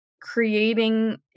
creating